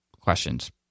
questions